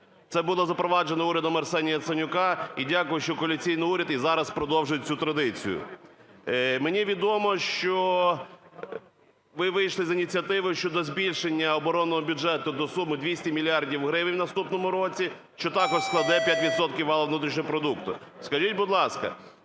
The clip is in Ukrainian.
Це було запроваджено урядом Арсенія Яценюка, і дякую, що коаліційний уряд і зараз продовжує цю традицію. Мені відомо, що ви вийшли з ініціативою щодо збільшення оборонного бюджету до суми 200 мільярдів гривень в наступному році, що також складе 5 відсотків валового внутрішнього продукту. Скажіть, будь ласка,